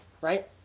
right